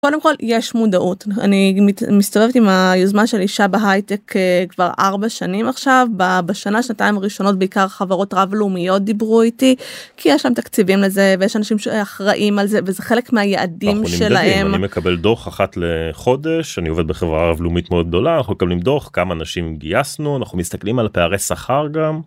קודם כל יש מודעות. אני מסתובבת עם היוזמה של אישה בהייטק כבר 4 שנים עכשיו בשנה שנתיים הראשונות בעיקר חברות רב-לאומיות דיברו איתי. כי יש שם תקציבים לזה ויש אנשים שאחראים על זה וזה חלק מהיעדים שלהם. אנחנו נמדדים, אני מקבל דוח אחת לחודש, אני עובד בחברה רב-לאומית מאוד גדולה. אנחנו מקבלים דוח, כמה אנשים גייסנו. אנחנו מסתכלים על פערי שכר גם.